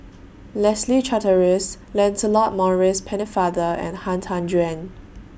Leslie Charteris Lancelot Maurice Pennefather and Han Tan Juan